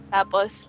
Tapos